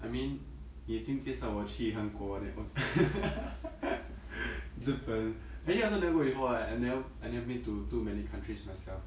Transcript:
I mean 已经介绍我去韩国 日本 actually I also never go before ah I never I never been to too many countries myself